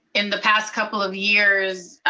in the past couple of years,